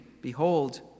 Behold